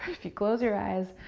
you close your eyes,